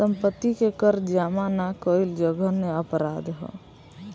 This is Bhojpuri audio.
सम्पत्ति के कर जामा ना कईल जघन्य अपराध ह